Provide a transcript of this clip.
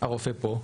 הרופא פה,